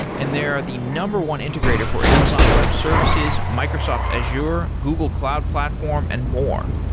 and they are the number one integrator for amazon web services, microsoft azure, google cloud platform and more.